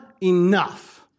enough